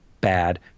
bad